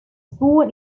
born